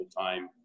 time